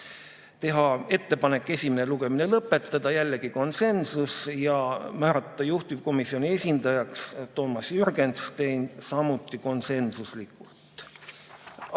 teha ettepanek esimene lugemine lõpetada – jällegi konsensus – ja määrata juhtivkomisjoni esindajaks Toomas Jürgenstein – samuti konsensus.